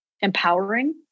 empowering